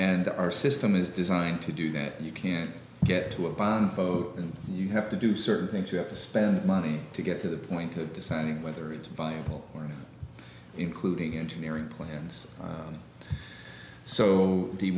and our system is designed to do that you can't get too up on fote and you have to do certain things you have to spend money to get to the point of deciding whether it's viable or including engineering plans so the